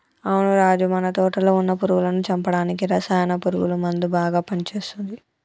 అవును రాజు మన తోటలో వున్న పురుగులను చంపడానికి రసాయన పురుగుల మందు బాగా పని చేస్తది